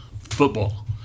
football